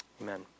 amen